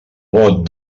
vot